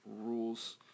rules